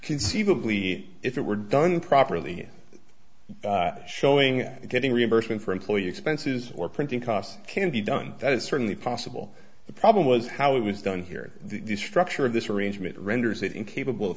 conceivably if it were done properly showing getting reimbursement for employee expenses or printing costs can be done that is certainly possible the problem was how it was done here the structure of this arrangement